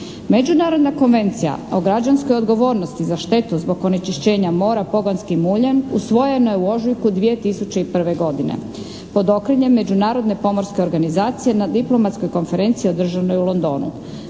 Međunarodna konvencija o građanskoj odgovornosti za štetu zbog onečišćenja mora pogonskim uljem usvojena je u ožujku 2001. godine. Pod okriljem Međunarodne pomorske organizacije na diplomatskoj konferenciji održane u Londonu.